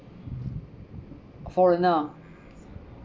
foreigner